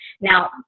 Now